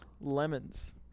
Lemons